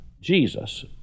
Jesus